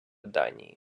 данії